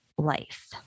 life